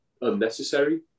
unnecessary